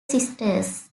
sisters